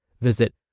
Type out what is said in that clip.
Visit